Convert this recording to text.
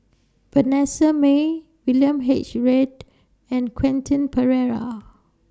Vanessa Mae William H Read and Quentin Pereira